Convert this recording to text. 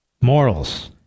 morals